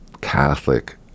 Catholic